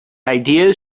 ideas